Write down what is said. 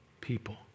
people